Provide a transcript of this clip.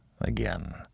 again